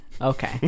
Okay